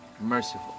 merciful